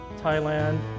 Thailand